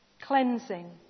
cleansing